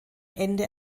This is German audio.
ende